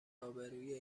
آبروئیه